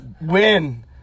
win